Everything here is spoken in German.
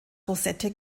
rosette